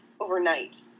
overnight